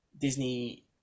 Disney